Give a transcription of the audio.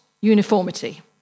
uniformity